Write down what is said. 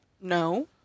No